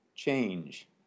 change